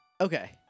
Okay